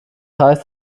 heißt